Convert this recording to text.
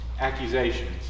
accusations